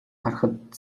харахад